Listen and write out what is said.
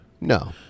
No